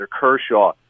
Kershaw